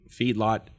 feedlot